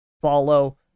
follow